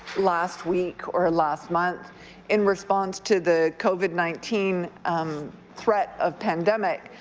last week or last month in response to the covid nineteen threat of pandemic,